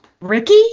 Ricky